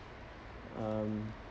um